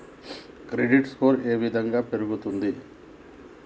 Credit score ఏ విధంగా పెరుగుతుంది?